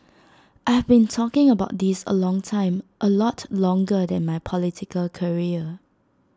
I've been talking about this A long time A lot longer than my political career